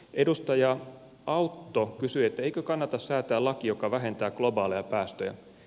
edustaja autto kysyi eikö kannata säätää laki joka vähentää globaaleja päästöjä